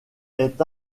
est